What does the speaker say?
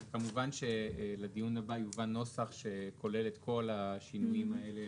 כמובן שלדיון הבא יובא נוסח שכולל את כל השינויים האלה.